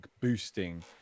boosting